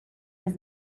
his